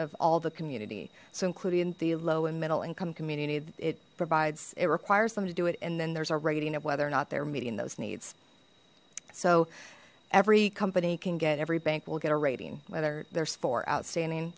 of all the community so including the low and middle income community it provides it requires something to do it and then there's a rating of whether or not they're meeting those needs so every company can get every bank will get a rating whether there's four outstanding